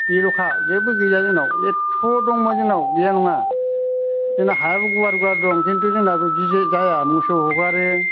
बेल'खा जेब्बो गैया जोंनाव एथ' दंमोन जोंनाव गैया नङा जोंना हायाबो गुवार गुवार दं खिन्थु जोंना बे गिदिर जाया मोसौ हगारो